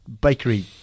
bakery